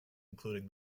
including